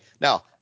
Now